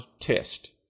test